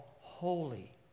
holy